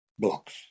blocks